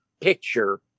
picture